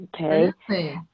okay